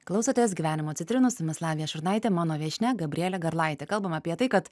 klausotės gyvenimo citrinų su jumis lavija šurnaitė mano viešnia gabrielė garlaitė kalbame apie tai kad